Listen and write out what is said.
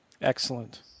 Excellent